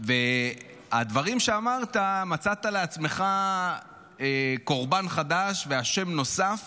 הדברים שאמרת, מצאת לעצמך קורבן חדש ואשם נוסף